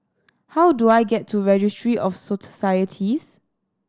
how do I get to Registry of